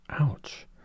Ouch